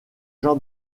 jean